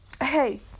Hey